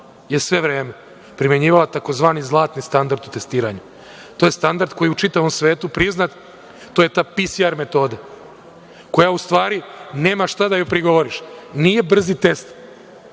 je sve vreme primenjivala tzv. zlatni standard u testiranju. To je standard koji je u čitavom svetu priznat, to je ta PCR metoda koja, u stvari, nema šta da joj prigovoriš. Nije brzi test.